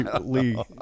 Lee